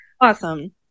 Awesome